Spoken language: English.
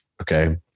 okay